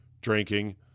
drinking